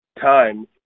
time